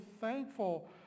thankful